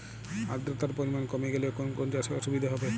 আদ্রতার পরিমাণ কমে গেলে কোন কোন চাষে অসুবিধে হবে?